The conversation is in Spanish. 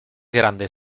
grande